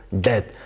death